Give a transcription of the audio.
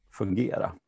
fungera